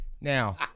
Now